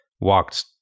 walked